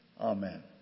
Amen